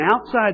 outside